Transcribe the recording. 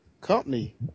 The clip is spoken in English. company